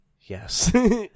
Yes